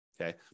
Okay